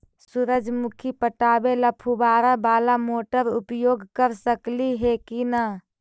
सुरजमुखी पटावे ल फुबारा बाला मोटर उपयोग कर सकली हे की न?